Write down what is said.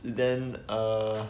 then err